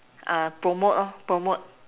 uh promote lor promote